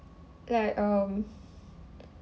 like um